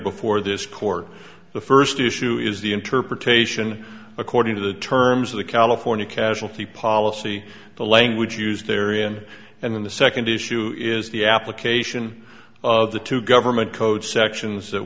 before this court the first issue is the interpretation according to the terms of the california casualty policy the language used there in and then the second issue is the application of the two government code sections that